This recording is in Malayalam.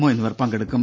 ഒ എന്നിവർ പങ്കെടുക്കും